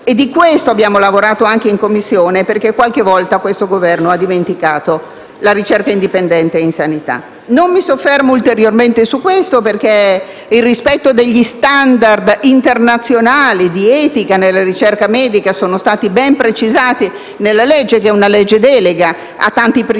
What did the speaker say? Su questo abbiamo lavorato anche in Commissione, perché qualche volta il Governo ha dimenticato la ricerca indipendente in sanità. Non mi soffermo ulteriormente su questo aspetto, perché il rispetto degli *standard* internazionali di etica nella ricerca medica è stato ben precisato nella legge, che è una legge delega e ha dunque tanti principi